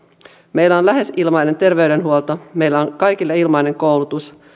meillä on lähes ilmainen terveydenhuolto meillä on kaikille ilmainen koulutus